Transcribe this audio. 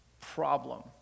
problem